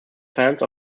fans